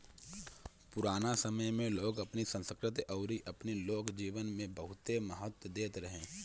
पुराना समय में लोग अपनी संस्कृति अउरी अपनी लोक जीवन के बहुते महत्व देत रहे